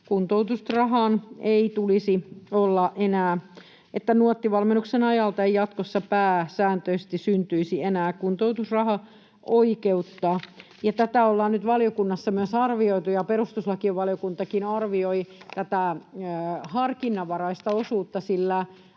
kuntoutusrahaa ei enää tulisi olla, että Nuotti-valmennuksen ajalta ei jatkossa pääsääntöisesti syntyisi enää kuntoutusrahaoikeutta. Tätä ollaan nyt valiokunnassa myös arvioitu, ja perustuslakivaliokuntakin arvioi tätä harkinnanvaraista osuutta, sillä